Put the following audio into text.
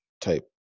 type